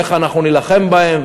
איך אנחנו נילחם בהם,